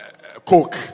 coke